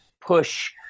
push